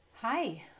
Hi